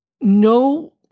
no